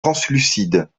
translucide